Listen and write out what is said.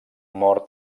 mor